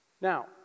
Now